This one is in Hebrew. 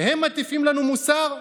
הם מטיפים לנו מוסר?